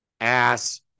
Ass